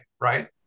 right